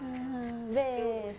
(uh huh) best